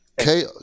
Okay